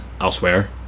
elsewhere